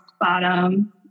bottom